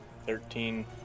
Thirteen